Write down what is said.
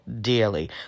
dearly